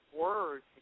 words